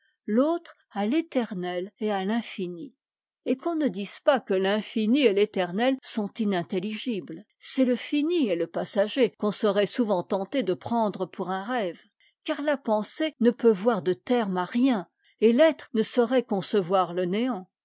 l'autre à l'éternel et à l'infini et qu'on ne dise pas que l'infini et t'éternet sont inintelligibles c'est le fini et le passager qu'on serait souvent tenté de prendre pour un rêve car la pensée ne peut voir de terme à rien et l'être ne saurait concevoir le néant